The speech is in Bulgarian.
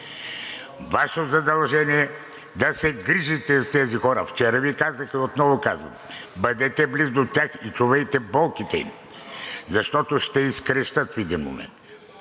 Ваше задължение е да се грижите за тези хора. Вчера Ви казах и отново казвам: бъдете близо до тях и чувайте болките им, защото ще изкрещят в един момент.